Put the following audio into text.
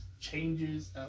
changes